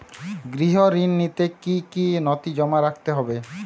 গৃহ ঋণ নিতে কি কি নথি জমা রাখতে হবে?